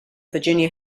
virginia